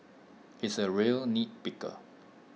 he is A real nitpicker